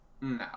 No